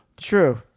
True